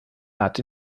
hatte